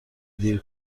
دیر